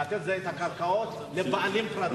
לתת את הקרקעות לבעלים פרטיים.